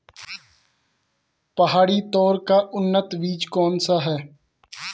पहाड़ी तोर का उन्नत बीज कौन सा है?